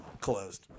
Closed